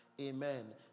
Amen